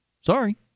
sorry